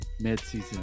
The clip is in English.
mid-season